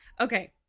okay